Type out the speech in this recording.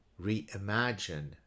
reimagine